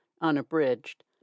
Unabridged